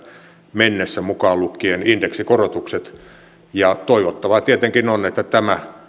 mennessä mukaan lukien indeksikorotukset toivottavaa tietenkin on että tämä